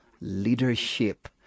leadership